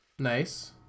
Nice